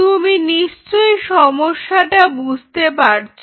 তুমি নিশ্চয়ই সমস্যাটা বুঝতে পারছ